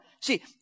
See